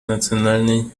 национальной